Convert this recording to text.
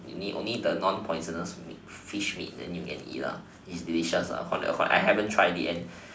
only only the non poisonous fish meat then you can eat lah it's delicious lah I haven't tried it and